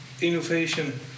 innovation